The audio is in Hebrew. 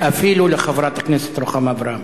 אפילו לחברת הכנסת רוחמה אברהם.